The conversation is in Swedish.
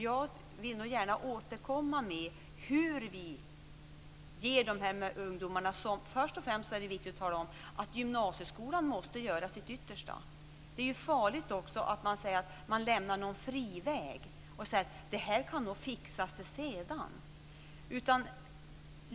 Jag vill gärna återkomma till det. Först och främst är det viktigt att tala om att gymnasieskolan måste göra sitt yttersta. Det är farligt att lämna en friväg och säga att det nog kan fixa sig sedan.